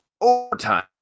overtime